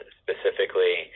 specifically